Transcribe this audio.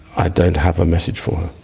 i don't have a message for